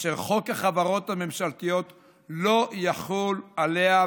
אשר חוק החברות הממשלתיות לא יחול עליה,